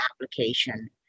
application